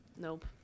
Nope